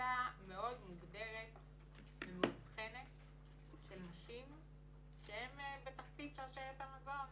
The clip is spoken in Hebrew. לקבוצה מאוד מוגדרת ומובחנת של נשים שהם בתחתית שרשרת המזון,